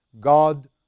God